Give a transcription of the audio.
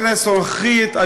בכנסת הנוכחית,